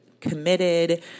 committed